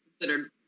considered